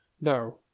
No